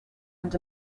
and